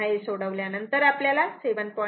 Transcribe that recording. तेव्हा हे सोडवल्यानंतर आपल्याला 7